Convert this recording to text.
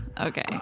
Okay